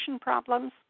problems